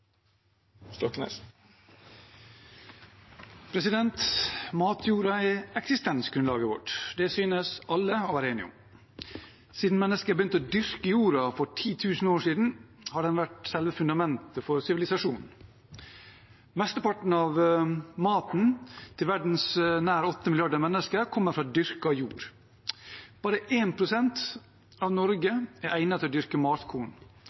Matjorda er eksistensgrunnlaget vårt. Det synes alle å være enige om. Siden mennesket begynte å dyrke jorda for 10 000 år siden, har den vært selve fundamentet for sivilisasjonen. Mesteparten av maten til verdens nær 8 milliarder mennesker kommer fra dyrket jord. Bare 1 pst. av Norge er egnet til å dyrke matkorn.